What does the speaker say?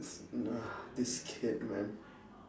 this this kid man